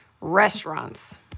Restaurants